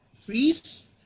freeze